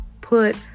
put